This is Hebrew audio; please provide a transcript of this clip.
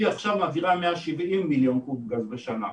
היא עכשיו מעבירה 170 מיליון קוב גז בשנה,